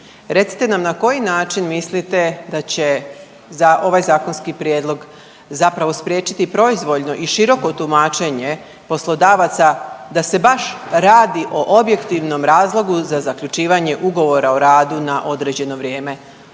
Recite nam na koji način mislite da će ovaj zakonski prijedlog zapravo spriječiti proizvoljno i široko tumačenje poslodavaca da se baš radi o objektivnom razlogu za zaključivanje ugovora o radu na određeno vrijeme.